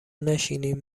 نشینین